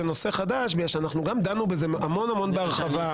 נושא חדש בגלל שאנחנו גם דנו בזה המון המון בהרחבה,